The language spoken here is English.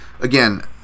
again